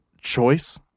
choice